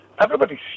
everybody's